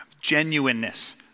genuineness